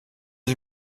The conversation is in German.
sie